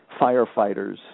firefighters